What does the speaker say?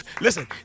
Listen